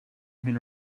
been